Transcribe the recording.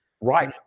Right